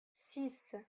six